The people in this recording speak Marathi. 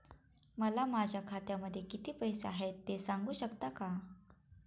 मला माझ्या खात्यामध्ये किती पैसे आहेत ते सांगू शकता का?